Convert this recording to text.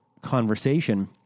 conversation